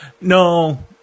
No